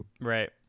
Right